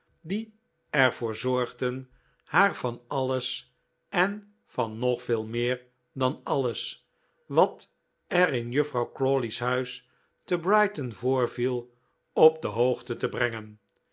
die er voor zorgden haar van alles en van nog veel meer dan alles wat er in juffrouw crawley's huis te brighton voorviel op de hoogte te brengen